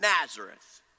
Nazareth